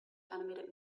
animated